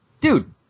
Dude